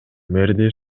мэрди